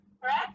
correct